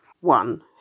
One